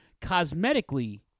Cosmetically